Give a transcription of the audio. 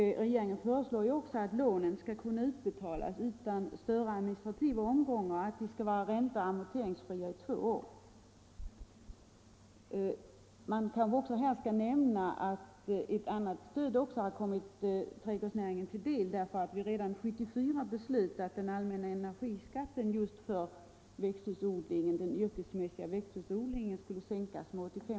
Regeringen föreslår också att lånen skall kunna utbetalas utan störande administrativ omgång och att de skall vara ränteoch amorteringsfria i två år. Man kanske här skall nämna att ett annat stöd också har kommit trädgårdsnäringen till del genom att det redan 1974 beslöts att den allmänna — Nr 87 energiskatten just för den yrkesmässiga västhusodlingen skulle sänkas Torsdagen den SSR .